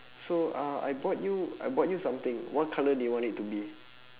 so uh I bought you I bought you something what colour do you want it to be